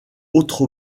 autres